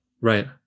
Right